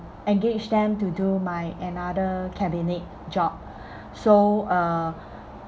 engage them to do my another cabinet job so uh